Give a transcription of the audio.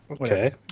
Okay